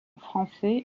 français